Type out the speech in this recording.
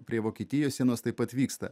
prie vokietijos sienos taip pat vyksta